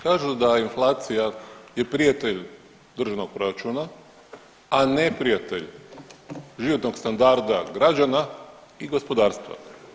Kažu da inflacija je prijatelj državnog proračuna, a neprijatelj životnog standarda građana i gospodarstva.